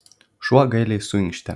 šuo gailiai suinkštė